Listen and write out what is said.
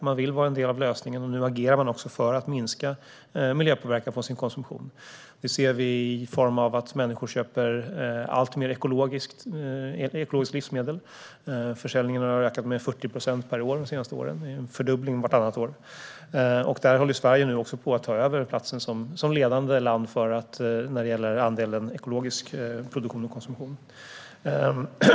Man vill vara en del av lösningen, och nu agerar man för att minska miljöpåverkan av sin konsumtion. Vi ser att människor köper alltmer ekologiska livsmedel. Försäljningen har ökat med 40 procent per år de senaste åren - en fördubbling vartannat år. Sverige håller också på att ta över platsen som ledande land när det gäller andelen ekologisk produktion och konsumtion.